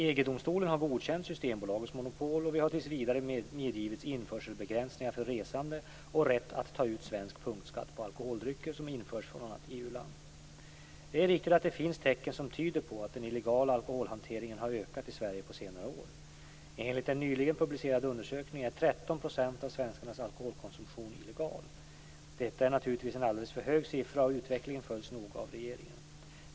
EG-domstolen har godkänt Systembolagets monopol, och vi har tills vidare medgivits införselbegränsningar för resande och rätt att ta ut svensk punktskatt på alkoholdrycker som införs från annat Det är riktigt att det finns tecken som tycker på att den illegala alkoholhanteringen har ökat i Sverige på senare år. Enligt en nyligen publicerad undersökning är 13 % av svenskarnas alkoholkonsumtion illegal. Detta är naturligtvis en alldeles för hög siffra, och utvecklingen följs noga av regeringen.